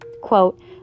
quote